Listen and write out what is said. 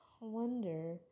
wonder